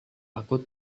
aku